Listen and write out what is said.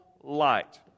light